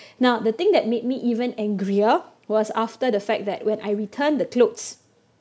now the thing that made me even angrier was after the fact that when I returned the clothes